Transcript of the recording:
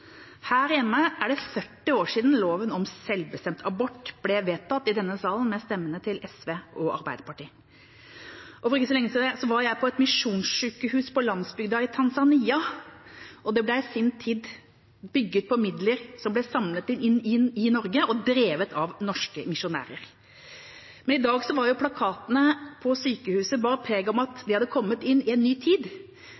ble vedtatt i denne salen, med stemmene til SV og Arbeiderpartiet. For ikke lenge siden var jeg på et misjonssykehus på landsbygda i Tanzania. Det ble i sin tid bygd på midler som ble samlet inn i Norge, og drevet av norske misjonærer. I dag bar plakatene på sykehuset preg av at de hadde kommet inn i en ny tid. Det sto mye informasjon om